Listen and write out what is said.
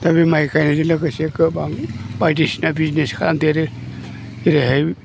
दा बे माइ गायनायजों लोगोसे गोबां बायदिसिना बिजनेस खालामदेरो जेरैहाय